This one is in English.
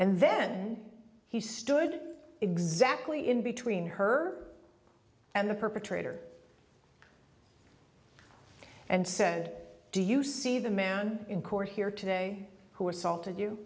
and then he stood exactly in between her and the perpetrator and said do you see the man in court here today who assaulted you